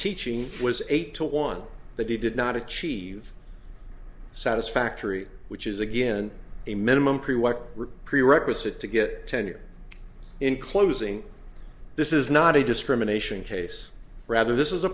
teaching was eight to one that he did not achieve satisfactory which is again a minimum pre work prerequisite to get tenure in closing this is not a discrimination case rather this is a